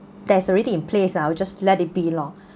there's already in place ah we just let it be lor